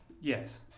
Yes